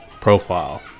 profile